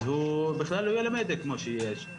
אז הוא בכלל לא ילמד כמו שצריך.